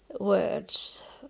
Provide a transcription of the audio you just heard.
words